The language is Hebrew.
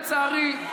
לצערי,